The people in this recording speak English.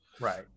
Right